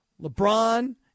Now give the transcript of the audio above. LeBron